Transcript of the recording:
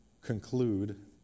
conclude